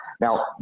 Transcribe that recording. Now